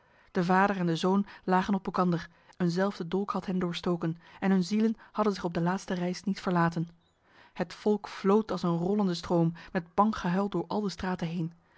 de vader en de zoon lagen op elkander eenzelfde dolk had hen doorstoken en hun zielen hadden zich op de laatste reis niet verlaten het volk vlood als een rollende stroom met bang gehuil door al de straten heen